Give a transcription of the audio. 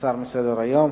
יוסר מסדר-היום.